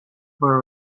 were